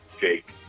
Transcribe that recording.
Jake